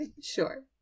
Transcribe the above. sure